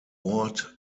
ort